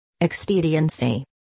Expediency